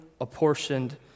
apportioned